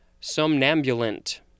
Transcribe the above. somnambulant